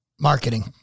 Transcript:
Marketing